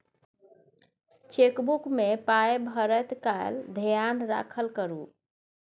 chequebook मे पाय भरैत काल धेयान राखल करू